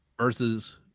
versus